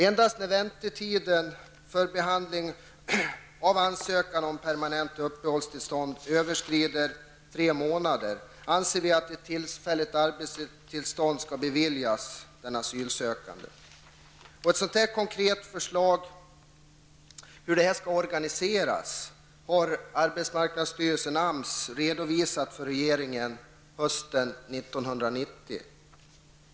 Endast när väntetiden för behandling av ansökan om permanent uppehållstillstånd överskrider tre månader anser vi att ett tillfälligt arbetstillstånd skall beviljas den asylsökande. Ett konkret förslag till hur det skall organiseras har arbetsmarknadsstyrelsen, AMS, redovisat för regeringen hösten 1990.